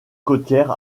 côtière